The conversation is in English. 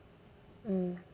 mm